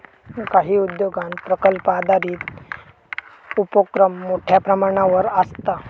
काही उद्योगांत प्रकल्प आधारित उपोक्रम मोठ्यो प्रमाणावर आसता